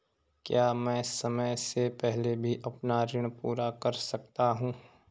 क्या मैं समय से पहले भी अपना ऋण पूरा कर सकता हूँ?